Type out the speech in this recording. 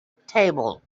table